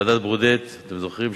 ועדת-ברודט, אתם זוכרים?